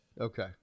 okay